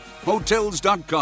Hotels.com